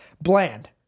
bland